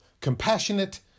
compassionate